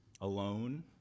alone